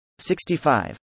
65